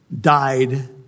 died